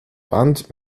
wand